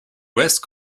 west